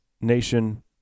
Nation